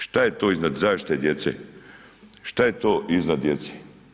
Šta je to iznad zaštite dijete, šta je to iznad djece?